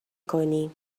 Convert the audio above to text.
کنی